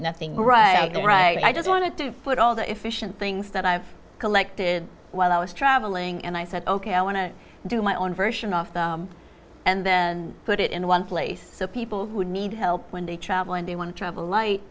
nothing right there i just wanted to put all that efficient things that i've collected while i was traveling and i said ok i want to do my own version off and then put it in one place so people who need help when they travel and they want to travel light